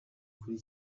kuri